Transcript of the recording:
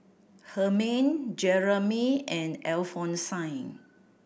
Hermine Jeramy and Alphonsine